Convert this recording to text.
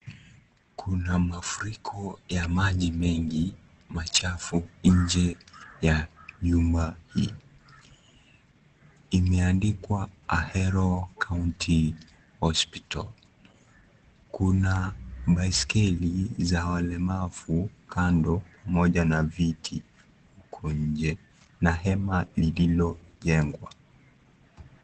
Kuna mafuriko ya maji mengi machafu nje ya nyumba hii. Imeandikwa Ahero County Hospital. Kuna baiskeli za walemavu kando moja na viti huko nje na hema lililojengwa.